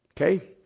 Okay